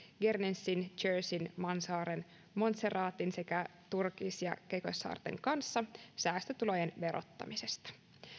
guernseyn jerseyn mansaaren montserratin sekä turks ja caicossaarten kanssa säästötulojen verottamisesta